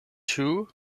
two